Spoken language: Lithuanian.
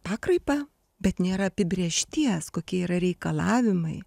pakraipą bet nėra apibrėžties kokie yra reikalavimai